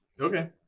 Okay